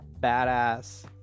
badass